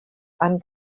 and